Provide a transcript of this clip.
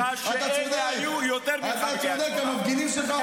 אני מוכן להתערב איתך שאלה היו יותר ממך בקריית שמונה.